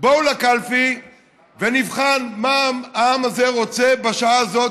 בואו לקלפי ונבחן מה העם הזה רוצה בשעה הזאת,